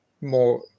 more